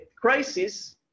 crisis